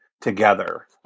together